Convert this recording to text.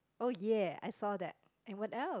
oh yeah I saw that and what else